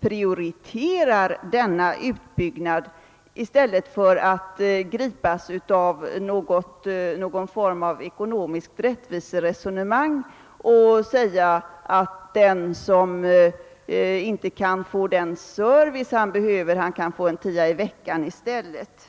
prioritera en utbyggnad av den hellre än att föra ett ekonomiskt rättviseresonemang som går ut på att den som inte kan få den service han behöver kan få en tia i veckan i stället?